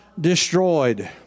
destroyed